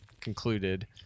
concluded